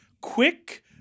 quick